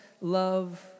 love